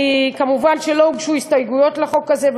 מובן שלא הוגשו הסתייגויות לחוק הזה,